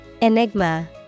Enigma